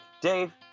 Dave